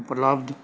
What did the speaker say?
ਉਪਲਬਧ